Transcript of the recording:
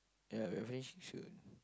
ya we are finishing soon